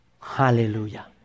Hallelujah